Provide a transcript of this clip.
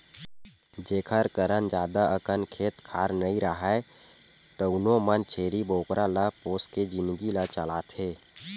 जेखर करन जादा अकन खेत खार नइ राहय तउनो मन छेरी बोकरा ल पोसके जिनगी ल चलाथे